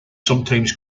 sometimes